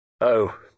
Oh